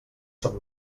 són